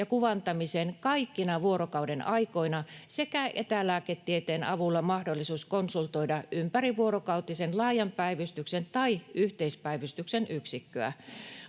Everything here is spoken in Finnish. ja kuvantamiseen kaikkina vuorokauden aikoina sekä etälääketieteen avulla mahdollisuus konsultoida ympärivuorokautisen laajan päivystyksen tai yhteispäivystyksen yksikköä.